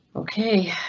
ok,